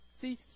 See